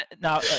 now